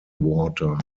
water